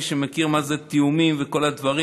מי שיודע מה זה תיאומים וכל הדברים.